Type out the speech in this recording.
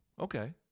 okay